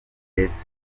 best